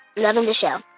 loving the show.